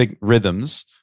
rhythms